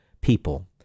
people